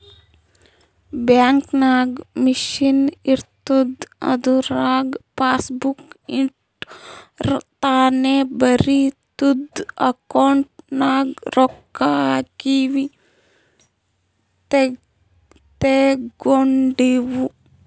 bank ನಾಗ್ machine ಇರ್ತುದ್ ಅದುರಾಗ್ ಪಾಸಬುಕ್ ಇಟ್ಟುರ್ ತಾನೇ ಬರಿತುದ್ ಅಕೌಂಟ್ ನಾಗ್ ರೊಕ್ಕಾ ಹಾಕಿವು ತೇಕೊಂಡಿವು